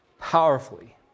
powerfully